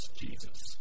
Jesus